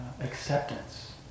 acceptance